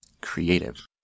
Creative